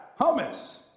hummus